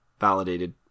Validated